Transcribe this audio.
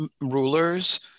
rulers